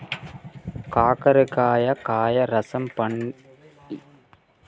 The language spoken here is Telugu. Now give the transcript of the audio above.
కాకరకాయ కాయ రసం పడిగడుపున్నె తాగమని ఆయుర్వేదిక్ డాక్టర్ చెప్పిండు కదరా, తాగుతున్నావా మరి